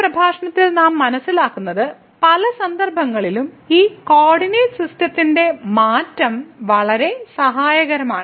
ഇന്നത്തെ പ്രഭാഷണത്തിൽ നാം മനസ്സിലാക്കുന്നത് പല സന്ദർഭങ്ങളിലും ഈ കോർഡിനേറ്റ് സിസ്റ്റത്തിന്റെ മാറ്റം വളരെ സഹായകരമാണ്